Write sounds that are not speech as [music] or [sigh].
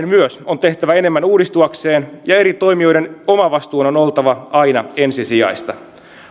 [unintelligible] myös jäsenmaiden on tehtävä enemmän uudistuakseen ja eri toimijoiden omavastuun on oltava aina ensisijaista